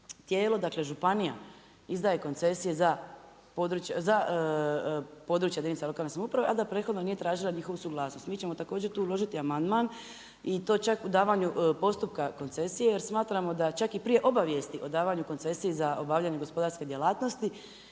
tijelo, dakle županija izdaje koncesije za područja jedinica lokalne samouprave, a da prethodno nije tražila njihovu suglasnost. Mi ćemo također tu uložiti amandman, i to čak u davanju postupka koncesije jer smatramo da čak i prije obavijesti o davanju koncesije za obavljanje gospodarske djelatnosti